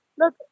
Look